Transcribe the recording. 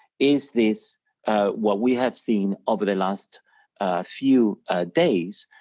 is this what we have seen over the last few days,